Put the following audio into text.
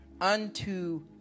Unto